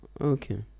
okay